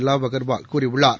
லாவ் அகர்வால் கூறியுள்ளார்